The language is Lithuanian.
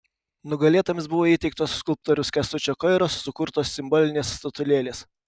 nugalėtojams buvo įteiktos skulptoriaus kęstučio koiros sukurtos simbolinės statulėlės